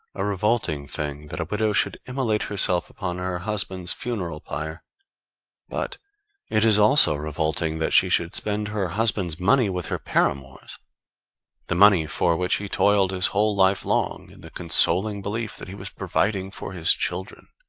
a revolting thing that a widow should immolate herself upon her husband's funeral pyre but it is also revolting that she should spend her husband's money with her paramours the money for which he toiled his whole life long, in the consoling belief that he was providing for his children.